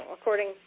according